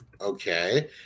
Okay